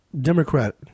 Democrat